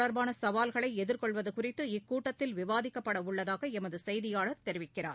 தொடர்பானசவால்களைஎதிர்கொள்வதுகுறித்து இக்கூட்டத்தில் பாதுகாப்பு விவாதிக்கப்படஉள்ளதாகஎமதுசெய்தியாளர் தெரிவிக்கிறார்